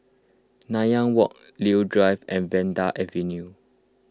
Nanyang Walk Leo Drive and Vanda Avenue